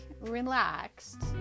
relaxed